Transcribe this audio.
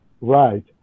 right